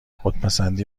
خودپسندی